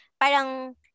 parang